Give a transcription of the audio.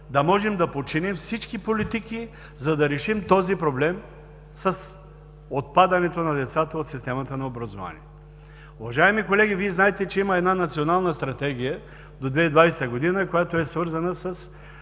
да можем да подчиним всички политики, за да решим този проблем с отпадането на децата от системата на образование. Уважаеми колеги, Вие знаете, че има една Национална стратегия до 2020 г., която е свързана с